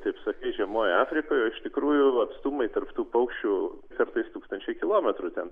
taip sakai žiemoja afrikoje o iš tikrųjų atstumai tarp tų paukščių kartais tūkstančiai kilometrų ten